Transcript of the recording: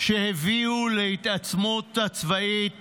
שהביאו להתעצמות הצבאית